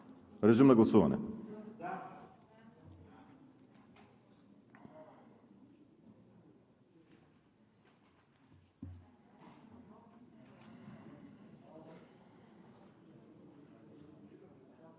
Режим на гласуване